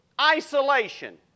Isolation